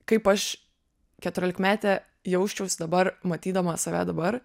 kaip aš keturiolikmetė jausčiaus dabar matydama save dabar